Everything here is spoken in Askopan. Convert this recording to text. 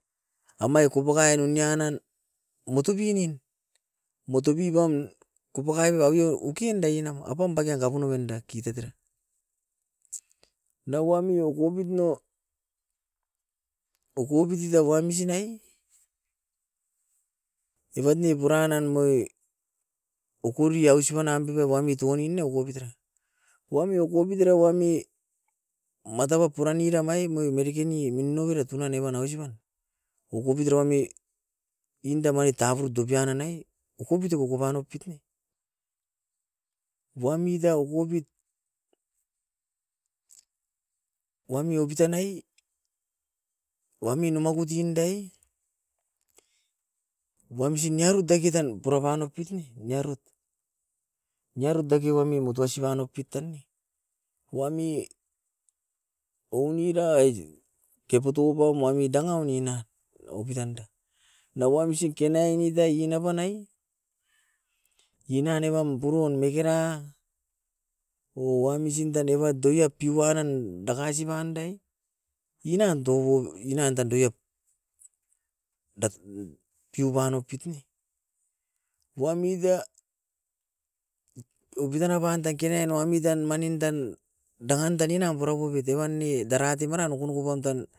Amai kopakai nunian nan motubinin, motubibam kopokai aveu ukiandae enam apam bake kapun novenda kitot era. Na wami okopit nou okopitita wamsin nae evat ne puran nan moi okori ausipan ampep wami tounin ne opitara. Wami okopit era wami matauap puran nuira mai moi merekeni minovera tunan evan ausipan. Okopit era ne inda mani tapuru dopian nanai okopito okopanopit ne, wamit ta okopit wami opitan nai wamin nomagut indae wamsin niaru dake tan purapan opit'ne niarut. Niarut dake wami motuasipa nopit tan nae, wami ounirai keputu pam wami dangaun iina opitanda. Na wamsin kenai nitai inabanai inan ebam buruan mekera o wamsin tan evat doiat piua nan dakasi pan dae inan touko inan tan doiat. Dat piuban opit ne wamita opitan aban tan kenen wamitan manin tan manin tan dangan tan inam purapoupit evan ne darate maran nokonoko paun tan.